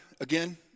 again